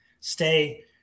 stay